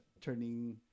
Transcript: turning